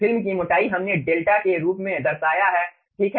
film की मोटाई हमने डेल्टा के रूप में दर्शाया है ठीक है